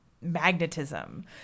magnetism